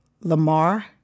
Lamar